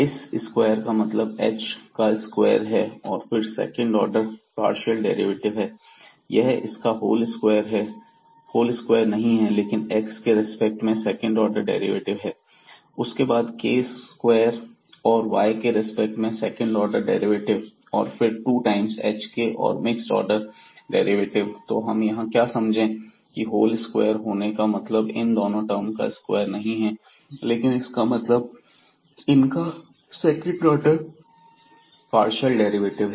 इस स्क्वायर का मतलब h का स्क्वायर है और फिर सेकंड ऑर्डर पार्शियल डेरिवेटिव हैं यह इसका होल स्क्वायर नहीं है लेकिन x के रिस्पेक्ट में सेकंड ऑर्डर डेरिवेटिव है उसके बाद k स्क्वायर और y के रेस्पेक्ट में सेकंड ऑर्डर डेरिवेटिव और फिर 2 टाइम्स hk और मिक्सड ऑर्डर डेरिवेटिव तो हम यहां से क्या समझे की होल स्क्वायर होने का मतलब इन दोनों टर्म का स्क्वायर नहीं है लेकिन इसका मतलब इनका सेकंड ऑर्डर पार्शियल डेरिवेटिव है